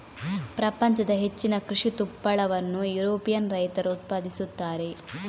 ಪ್ರಪಂಚದ ಹೆಚ್ಚಿನ ಕೃಷಿ ತುಪ್ಪಳವನ್ನು ಯುರೋಪಿಯನ್ ರೈತರು ಉತ್ಪಾದಿಸುತ್ತಾರೆ